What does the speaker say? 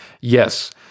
yes